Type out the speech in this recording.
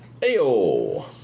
Ayo